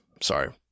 Sorry